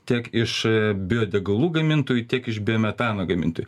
tiek iš ė biodegalų gamintojų tiek iš bio metano gamintojų